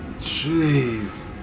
Jeez